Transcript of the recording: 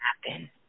happen